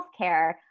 healthcare